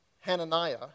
Hananiah